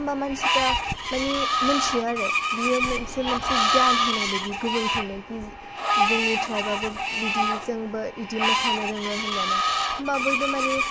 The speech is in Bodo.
होमबा मानसिफ्रा माने मिनथियो आरो बियो मोनसे मोनसे गियान होनाय बायदि गुबुनफोरनो कि जोंनि ट्राइब आबो बिदि जोंबो बिदि मोसानो रोङो होननानै होमबा बयबो माने